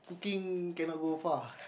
cooking cannot go far